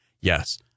Yes